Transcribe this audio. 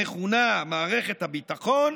המכונה מערכת הביטחון,